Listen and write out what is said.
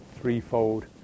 threefold